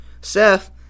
Seth